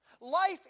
Life